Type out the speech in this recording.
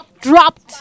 dropped